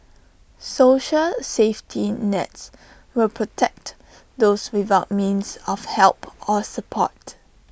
social safety nets will protect those without means of help or support